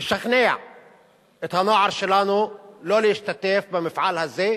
לשכנע את הנוער שלנו לא להשתתף במפעל הזה,